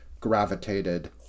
gravitated